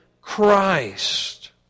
Christ